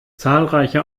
zahlreiche